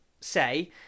say